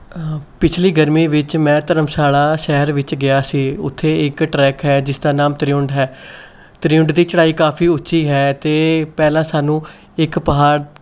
ਪਿਛਲੀ ਗਰਮੀ ਵਿੱਚ ਮੈਂ ਧਰਮਸ਼ਾਲਾ ਸ਼ਹਿਰ ਵਿੱਚ ਗਿਆ ਸੀ ਉੱਥੇ ਇੱਕ ਟਰੈਕ ਹੈ ਜਿਸਦਾ ਨਾਮ ਤਰਿਉਂਡ ਹੈ ਤਰਿਉਂਡ ਦੀ ਚੜਾਈ ਕਾਫੀ ਉੱਚੀ ਹੈ ਅਤੇ ਪਹਿਲਾ ਸਾਨੂੰ ਇੱਕ ਪਹਾੜ